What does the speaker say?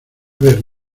ver